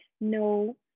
no